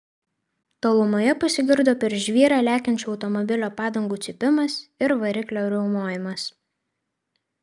tolumoje pasigirdo per žvyrą lekiančio automobilio padangų cypimas ir variklio riaumojimas